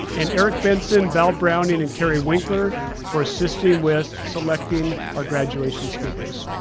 and eric benson, val browning, and kari winckler for assisting with selecting our graduation speakers.